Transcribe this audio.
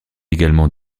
également